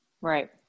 Right